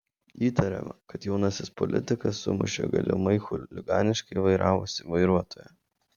įtariama kad jaunasis politikas sumušė galimai chuliganiškai vairavusį vairuotoją